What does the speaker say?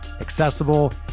accessible